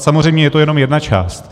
Samozřejmě je to jenom jedna část.